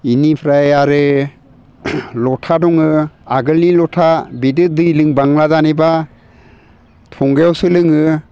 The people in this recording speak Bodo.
इनिफ्राय आरो लथा दङ आगोलनि लथा बिदि दै लोंबांला दानिबा थंगायावसो लोङो